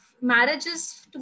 marriages